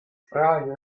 freie